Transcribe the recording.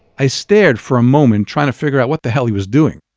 i stared for a moment trying to figure out what the hell he was doing.